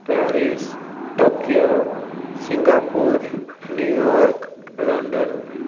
Paris Tokyo Singapore New York London